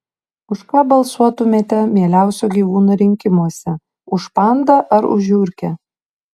už ką balsuotumėte mieliausio gyvūno rinkimuose už pandą ar už žiurkę